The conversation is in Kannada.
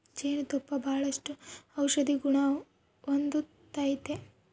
ಜೇನು ತುಪ್ಪ ಬಾಳಷ್ಟು ಔಷದಿಗುಣ ಹೊಂದತತೆ